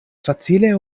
facile